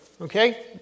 okay